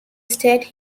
state